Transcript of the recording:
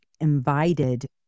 invited